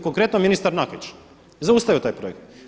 Konkretno ministar Nakić, zaustavio je taj projekt.